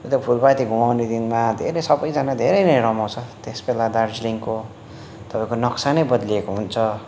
र फुलपाती घुमाउने दिनमा धेरै सबैजना धेरै नै रमाउँछ त्यस बेला दार्जिलिङको तपाईँको नक्सा नै बद्लिएको हुन्छ